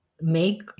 make